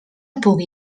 pugui